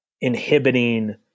inhibiting